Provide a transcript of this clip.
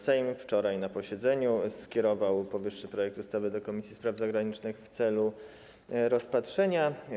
Sejm wczoraj na posiedzeniu skierował powyższy projekt ustawy do Komisji Spraw Zagranicznych w celu rozpatrzenia.